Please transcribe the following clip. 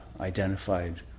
identified